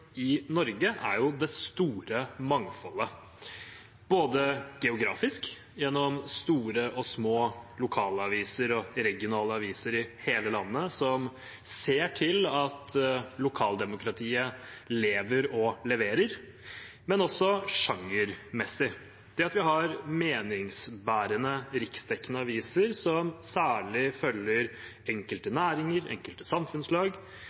i Norge er det store mangfoldet, både geografisk, gjennom store og små lokalaviser og regionale aviser i hele landet som ser til at lokaldemokratiet lever og leverer, og også sjangermessig. Det at vi har meningsbærende riksdekkende aviser som særlig følger enkelte næringer og enkelte samfunnslag,